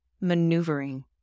Maneuvering